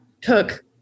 took